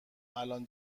الان